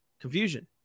confusion